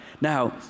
Now